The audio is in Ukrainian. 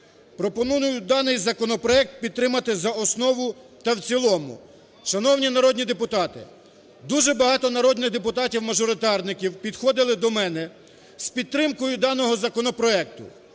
Пропоную даний законопроект підтримати за основу та в цілому. Шановні народні депутати, дуже багато народнихдепутатів-мажоритарників підходили до мене з підтримкою даного законопроекту,